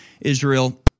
Israel